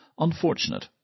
unfortunate